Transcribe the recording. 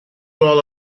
all